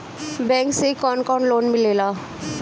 Bank से कौन कौन लोन मिलेला?